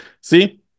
see